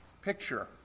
picture